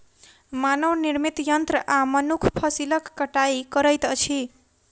मानव निर्मित यंत्र आ मनुख फसिलक कटाई करैत अछि